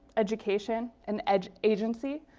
education, and agency.